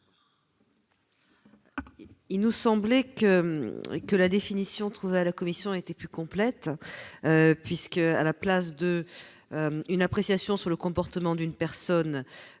Il nous semblait qu'que la définition à la commission était plus complète puisque, à la place de une appréciation sur le comportement d'une personne